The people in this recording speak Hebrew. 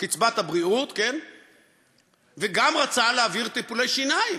הבריאות וגם רצה להעביר טיפולי שיניים.